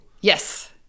Yes